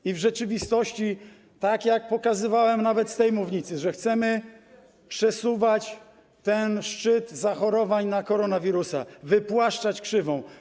I w rzeczywistości, tak jak pokazywałem nawet z tej mównicy, chcemy przesuwać ten szczyt zachorowań na koronawirusa, wypłaszczać krzywą.